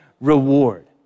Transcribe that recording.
reward